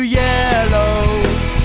yellows